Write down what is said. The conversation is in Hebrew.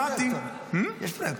היום בבוקר שמעתי --- יש פרויקטור.